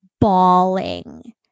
bawling